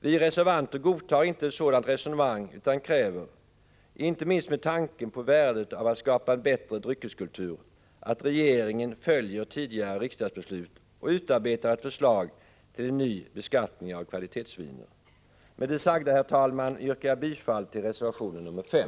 Vi reservanter godtar inte ett sådant resonemang utan kräver, inte minst med tanke på värdet av att skapa en bättre dryckeskultur, att regeringen följer tidigare riksdagsbeslut och utarbetar ett förslag till ny beskattning av kvalitetsviner. Med det sagda, herr talman, yrkar jåg bifall till reservation nr 5.